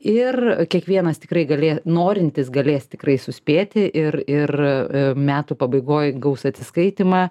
ir kiekvienas tikrai galė norintys galės tikrai suspėti ir ir metų pabaigoj gaus atsiskaitymą